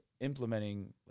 implementing